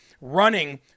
running